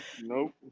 Nope